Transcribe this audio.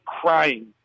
crying